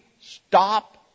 stop